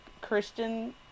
christian